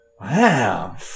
Wow